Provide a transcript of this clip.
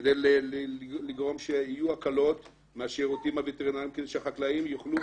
כדי לגרום לכך שיהיו הקלות מהשירותים הווטרינריים כדי שהחקלאים יוכלו,